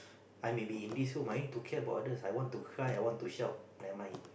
I may be in this room I don't care about others I want to cry I want to shout never mind